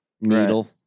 needle